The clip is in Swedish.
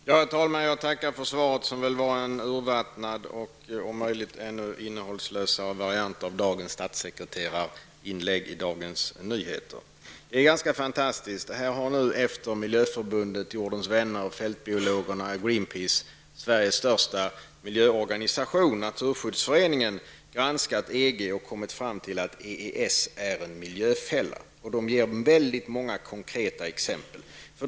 Herr talman! Jag tackar för svaret, som väl var en urvattnad och om möjligt ännu mer innehållslös variant av dagens statssekreterarinlägg i Dagens Det är ganska fantastiskt. Här har nu efter Naturskyddsföreningen, granskat EG och kommit fram till att EES är en miljöfälla. De ger väldigt många konkreta exempel.